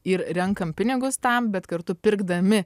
ir renkam pinigus tam bet kartu pirkdami